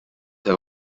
have